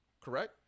Correct